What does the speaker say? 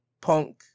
Punk